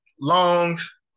longs